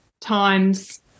times